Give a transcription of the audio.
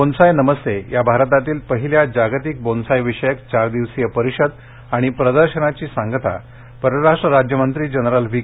bonsai नमस्ते या भारतातील पहिल्या जागतिक बोन्साय विषयक चार दिवसीय परिषद आणि प्रदर्शनाची सांगता परराष्ट्र राज्यमंत्री जनरल व्ही